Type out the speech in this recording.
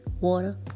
water